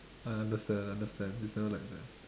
I understand I understand it's never like that